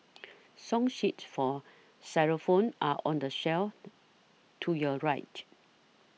song sheets for xylophones are on the shelf to your right